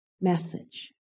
message